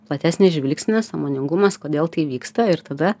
platesnis žvilgsnis sąmoningumas kodėl tai vyksta ir tada